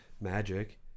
Magic